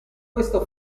questo